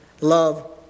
love